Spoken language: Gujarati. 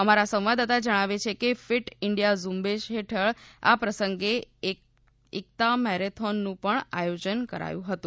અમારા સંવાદદાતા જણાવે છે કે ફીટ ઈન્ડિયા ઝુંબેશ ફેઠળ આ પ્રસંગે એક્તા મેરેથોનનું પણ આયોજન કરાયું હતુ